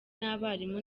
n’abarimu